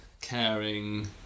caring